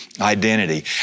identity